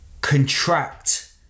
contract